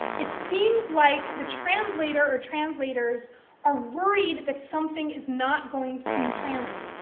it seems like the translator or translators are worried that something is not going to translate.